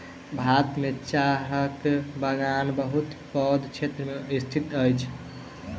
भारत में चाहक बगान बहुत पैघ क्षेत्र में स्थित अछि